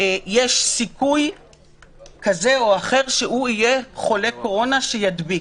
יש סיכוי שהוא חולה קורונה שידביק.